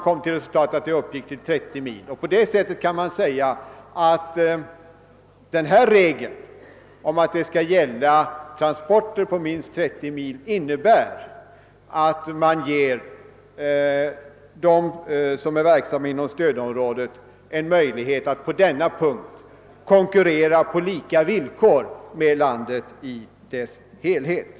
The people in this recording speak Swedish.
Det kan alltså sägas att regeln att det skall gälla transporter på minst 30 mil innebär att de som är verksamma inom stödområdet får en möjlighet att på denna punkt konkurrera på lika villkor med dem som är verksamma inom landet i dess helhet.